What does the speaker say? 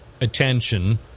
attention